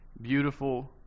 beautiful